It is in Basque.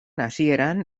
hasieran